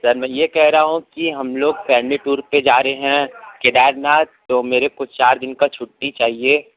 sir मैं ये कह रहा हूँ कि हम लोग फॅमिली टूर पे जा रहे है केदारनाथ तो मेरे को चार दिन का छुट्टी चाहिए